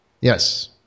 Yes